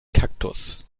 kaktus